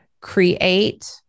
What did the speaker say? create